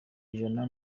ijana